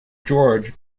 george